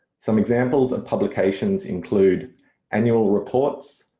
some examples and publications include annual reports,